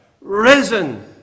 risen